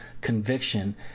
conviction